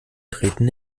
treten